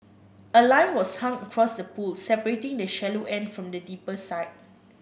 a line was hung across the pool separating the shallow end from the deeper side